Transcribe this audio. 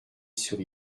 sur